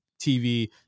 TV